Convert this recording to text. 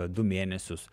du mėnesius